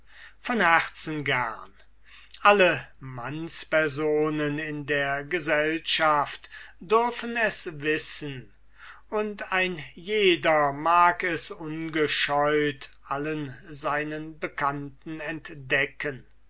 von herzen gerne alle mannspersonen in der gesellschaft dürfen es wissen und ein jeder mag es ungescheut allen seinen bekannten entdecken